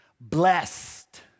Blessed